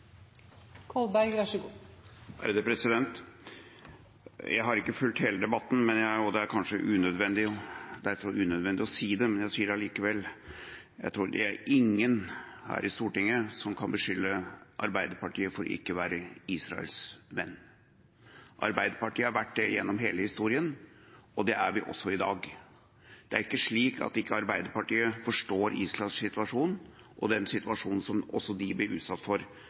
kanskje unødvendig å si det, men jeg sier det allikevel: Jeg tror ikke det er noen her i Stortinget som kan beskylde Arbeiderpartiet for ikke å være Israels venn. Arbeiderpartiet har vært det gjennom hele historien. Det er vi også i dag. Det er ikke slik at Arbeiderpartiet ikke forstår Israels situasjon og den situasjonen som også de blir utsatt for